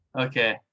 Okay